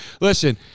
listen